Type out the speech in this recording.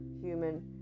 human